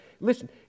Listen